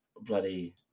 bloody